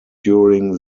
during